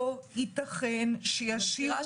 לא ייתכן שישאירו מאחור -- אני מזכירה